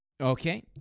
okay